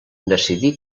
decidí